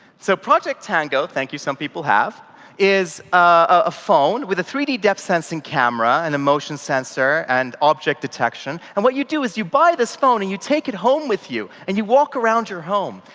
so project tango thank you, some people have is a phone with a three d depth sensing camera, a and a motion sensor and object detection. and what you do is you buy this phone, and you take it home with you and you walk around your home.